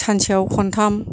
सानसेआव खनथाम